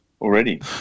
already